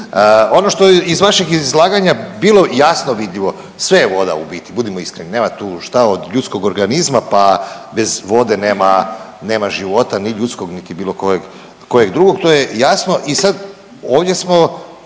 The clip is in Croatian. Ono što je iz vaših izlaganja bilo jasno vidljivo, sve je voda u biti, budimo iskreni, nema tu šta od ljudskog organizma, pa bez vode nema, nema života, ni ljudskog, niti bilo kojeg, kojeg drugog, to je jasno i sad ovdje smo